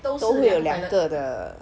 都会有两个的